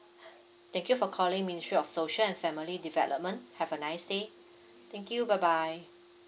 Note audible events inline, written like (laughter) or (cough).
(breath) thank you for calling ministry of social and family development have a nice day thank you bye bye